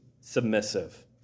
submissive